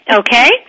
okay